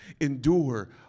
endure